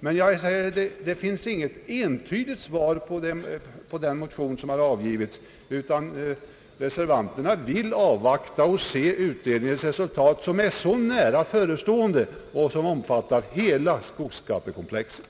men det finns inget entydigt svar på den motion som har avgivits. Reservanterna vill avvakta utredningens resultat, vilket är nära förestående. Utredningen omfattar ju hela skogsskattekomplexet.